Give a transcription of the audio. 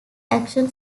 action